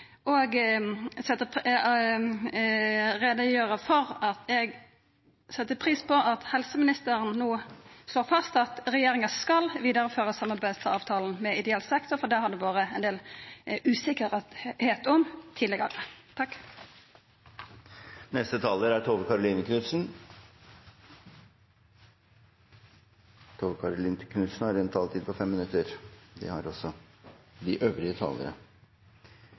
for at eg set pris på at helseministeren no slår fast at regjeringa skal vidareføra samarbeidsavtalen med ideell sektor, for det har det vore ein del usikkerheit om tidlegare.